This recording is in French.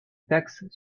taxe